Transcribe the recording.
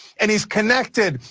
and he's connected.